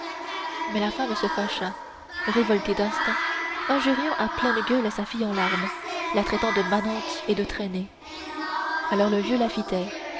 mais la femme se fâcha révoltée d'instinct injuriant à pleine gueule sa fille en larmes la traitant de manante et de traînée alors le vieux la fit